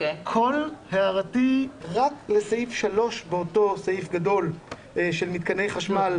כל הערתי רק לסעיף (3) באותו סעיף גדול של מתקני חשמל,